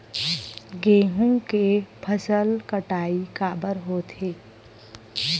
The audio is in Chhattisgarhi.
गेहूं के फसल कटाई काबर होथे?